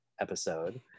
episode